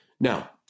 Now